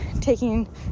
taking